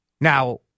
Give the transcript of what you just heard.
Now